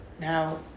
Now